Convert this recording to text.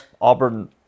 Auburn